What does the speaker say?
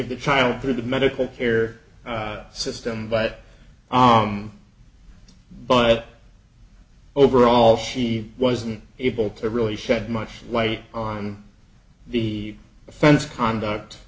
of the child through the medical care system but arm but overall she wasn't able to really shed much light on the offense conduct